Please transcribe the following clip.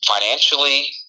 financially